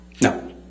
no